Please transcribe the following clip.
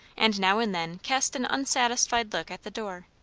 and now and then cast an unsatisfied look at the doorway.